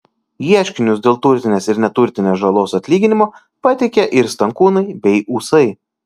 ieškinius dėl turtinės ir neturtinės žalos atlyginimo pateikė ir stankūnai bei ūsai